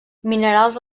minerals